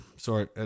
Sorry